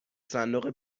صندوق